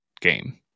game